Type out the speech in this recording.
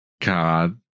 god